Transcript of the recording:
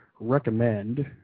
recommend